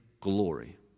glory